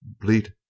bleat